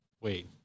Wait